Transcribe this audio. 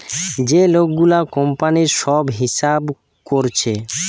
যে লোক গুলা কোম্পানির সব হিসাব কোরছে